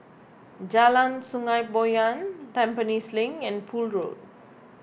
Jalan Sungei Poyan Tampines Link and Poole Road